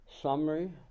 Summary